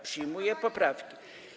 Przyjmuję poprawki.